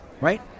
Right